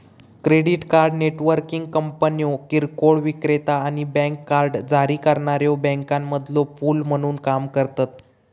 credit card networking कंपन्यो किरकोळ विक्रेता आणि बँक कार्ड जारी करणाऱ्यो बँकांमधलो पूल म्हणून काम करतत